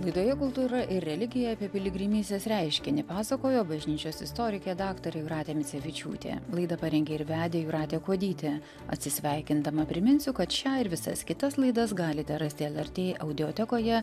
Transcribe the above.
laidoje kultūra ir religija apie piligrimystės reiškinį pasakojo bažnyčios istorikė draktarė jūratė micevičiūtė laidą parengė ir vedė jūratė kuodytė atsisveikindama priminsiu kad šią ir visas kitas laidas galite rasti el er tė audiotekoje